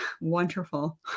wonderful